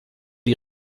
die